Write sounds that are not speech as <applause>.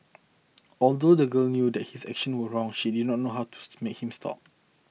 although the girl knew that his action were wrong she did not know how to <noise> make him stop